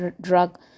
drug